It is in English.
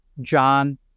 John